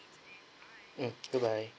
um goodbye